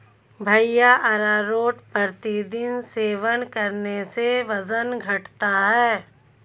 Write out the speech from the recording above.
भैया अरारोट प्रतिदिन सेवन करने से वजन घटता है